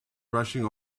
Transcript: rushing